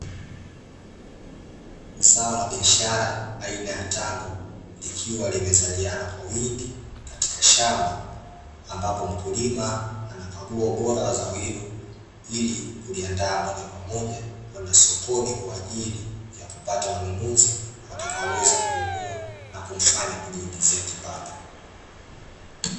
Zao la biashara aina ya tango, likiwa limezaliana kwa wingi katika shamba, ambapo mkulima, anakagua ubora wa zao hilo, ili kuliandaa moja kwa moja kwenda sokoni, kwaajili ya kupata wanunuzi , watakaoweza kununua, na kumfanya kujiingizia kipato.